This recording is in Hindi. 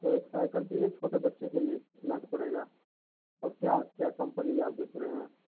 हाँ तो एक साइकिल चाहिए छोटे बच्चे के लिए कितना का पड़ेगा और क्या क्या कम्पनी आप बेच रहे है